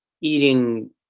eating